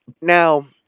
Now